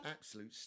Absolute